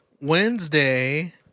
Wednesday